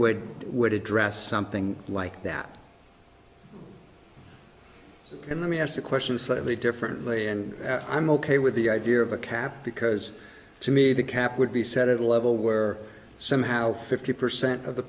would would address something like that and let me ask the question slightly differently and i'm ok with the idea of a cap because to me the cap would be set at a level where somehow fifty percent of the